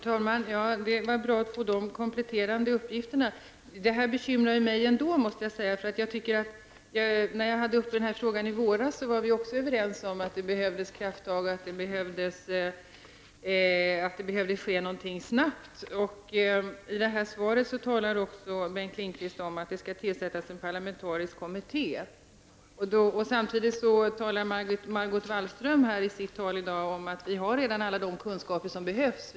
Herr talman! Det var bra att få de kompletterande uppgifterna, men det här bekymrar mig ändå. När vi debatterade den här frågan i våras var vi också överens om att det behövdes krafttag och att någonting behövde ske snabbt. I sitt svar talar också Bengt Lindqvist om att det skall tillsättas en parlamentarisk kommitté. Samtidigt säger Margot Wallström här i dag i sitt anförande att vi redan har alla de kunskaper som behövs.